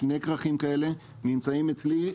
שני כרכים כאלה נמצאים אצלי.